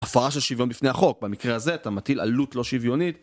הפרה של שוויון בפני החוק, במקרה הזה אתה מטיל עלות לא שוויונית,